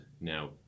now